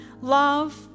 Love